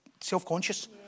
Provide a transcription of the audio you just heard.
self-conscious